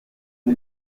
ngo